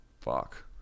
Fuck